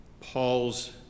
Paul's